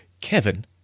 Kevin